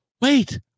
Wait